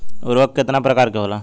उर्वरक केतना प्रकार के होला?